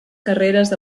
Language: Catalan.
carreres